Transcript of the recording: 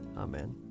Amen